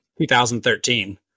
2013